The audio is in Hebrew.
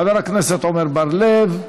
חבר הכנסת עמר בר-לב.